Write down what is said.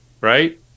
right